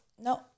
No